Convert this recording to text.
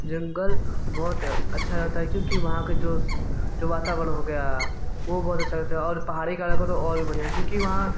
जंगल बहुत अच्छा रहता है क्योंकि वहाँ का जो जो वातावरण हो गया वो बहुत अच्छा होता है और पहाड़ों को देखो तो और भी बढ़िया क्योंकि वहाँ